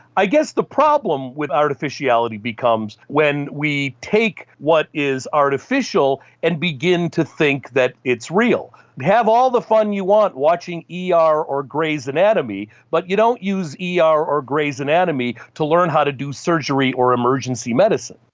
i guess the problem with artificiality becomes when we take what is artificial and begin to think that it's real. have all the phone you want watching yeah ah er or grey's anatomy but you don't use yeah ah er or grey's anatomy to learn how to do surgery or emergency medicine.